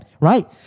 right